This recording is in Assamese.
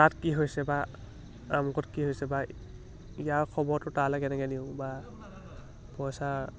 তাত কি হৈছে বা আমুকত কি হৈছে বা ইয়াৰ খবৰটো তালৈ কেনেকৈ দিওঁ বা পইচা